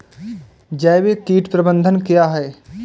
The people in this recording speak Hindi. जैविक कीट प्रबंधन क्या है?